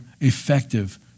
effective